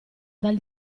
dal